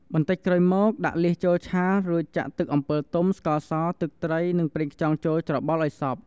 បន្តិចក្រោយមកដាក់លៀសចូលឆា រួចចាក់ទឹកអំពិលទុំ ស្ករស ទឹកត្រី និងប្រេងខ្យងចូលច្របល់ឱ្យសព្វ។